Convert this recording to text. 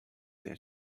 their